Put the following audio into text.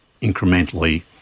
incrementally